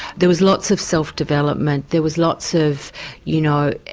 there was lots of self development, there was lots of you know.